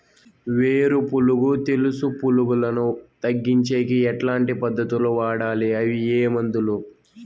వేరు పులుగు తెలుసు పులుగులను తగ్గించేకి ఎట్లాంటి పద్ధతులు వాడాలి? అవి ఏ మందులు?